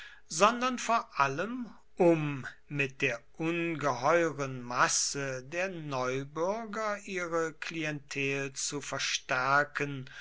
sondern vor allem um mit der ungeheuren masse der neubürger ihre klientel zu verstärken